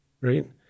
right